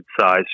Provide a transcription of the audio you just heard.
size